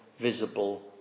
visible